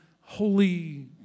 holy